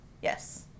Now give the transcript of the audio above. Yes